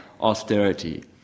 austerity